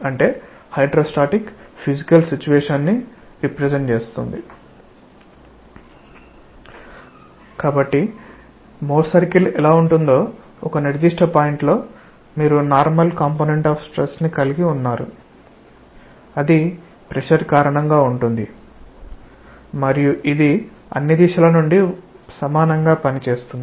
కాబట్టి Mohr circle ఎలా ఉంటుందో ఒక నిర్దిష్ట పాయింట్ లో మీరు నార్మల్ కాంపొనెంట్ ఆఫ్ స్ట్రెస్ ని కలిగి ఉన్నారు అది ప్రెషర్ కారణంగా ఉంటుంది మరియు ఇది అన్ని దిశల నుండి సమానంగా పనిచేస్తుంది